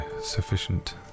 sufficient